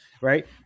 right